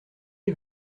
est